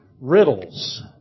riddles